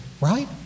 right